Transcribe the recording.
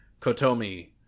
Kotomi